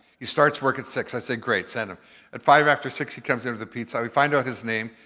he starts work at six, i said, great, send him. and five after six, he comes in with a pizza and we find out his name,